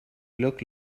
look